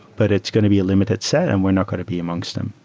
but it's going to be a limited set and we're not going to be amongst them.